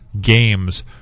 games